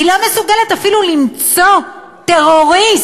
היא לא מסוגלת אפילו למצוא טרוריסט,